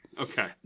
okay